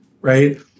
right